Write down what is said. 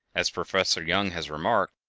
as professor young has remarked,